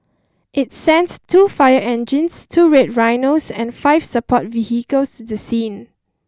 it sent two fire engines two Red Rhinos and five support vehicles to the scene